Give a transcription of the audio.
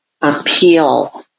appeal